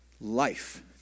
life